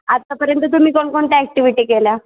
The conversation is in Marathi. आतापर्यंत तुम्ही कोणकोणत्या ॲक्टिव्हिटी केला